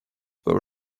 were